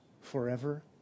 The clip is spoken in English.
forever